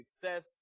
success